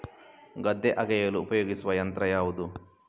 ಗದ್ದೆ ಅಗೆಯಲು ಉಪಯೋಗಿಸುವ ಯಂತ್ರ ಯಾವುದು?